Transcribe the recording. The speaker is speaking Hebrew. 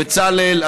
בצלאל,